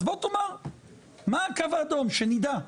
אז בוא תאמר מה הקו האדום שנדע,